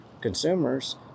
consumers